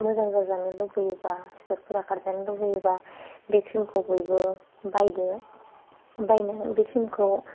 मोजां जाजानो लुगैयोबा सिथरफोरा खारजानो लुगैयोबा बे क्रिमखौ बयबो बायदो बायनानै बे क्रिमखौ